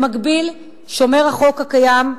במקביל שומר החוק על המצב הקיים,